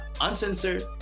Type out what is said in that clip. uncensored